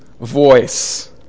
voice